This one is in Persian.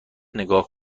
نگاه